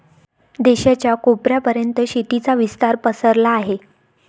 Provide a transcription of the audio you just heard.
देशाच्या कोपऱ्या पर्यंत शेतीचा विस्तार पसरला आहे